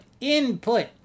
Input